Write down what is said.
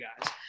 guys